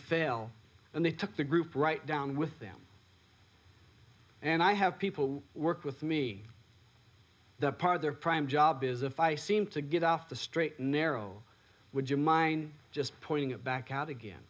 fail and they took the group right down with them and i have people who work with me that part of their prime job is if i seem to get off the straight and narrow would you mind just pointing back out again